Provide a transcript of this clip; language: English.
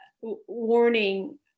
warning